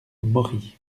mory